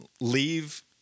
leave